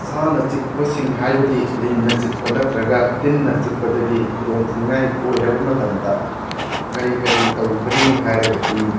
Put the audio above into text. ꯁꯥꯅ ꯆꯤꯛꯄꯁꯤꯡ ꯍꯥꯏꯕꯗꯤ ꯂꯤꯟꯅ ꯆꯤꯛꯄ ꯅꯠꯇ꯭ꯔꯒ ꯇꯤꯟꯅ ꯆꯤꯛꯄꯗꯒꯤ ꯈꯨꯗꯣꯡ ꯊꯤꯅꯤꯡꯉꯥꯏ ꯑꯣꯏꯔꯕ ꯃꯇꯝꯗ ꯀꯔꯤ ꯀꯔꯤ ꯇꯧꯒꯅꯤ ꯍꯥꯏꯔꯒꯗꯤ